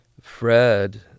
Fred